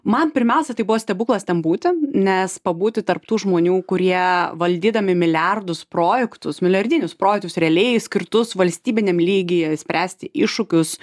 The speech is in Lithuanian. man pirmiausia tai buvo stebuklas ten būti nes pabūti tarp tų žmonių kurie valdydami milijardus projektus milijardinius projektus realiai skirtus valstybiniam lygyje spręsti iššūkius